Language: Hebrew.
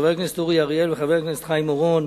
חבר הכנסת אורי אריאל וחבר הכנסת חיים אורון,